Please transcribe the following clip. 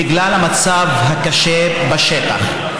בגלל המצב הקשה בשטח,